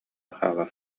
хаалар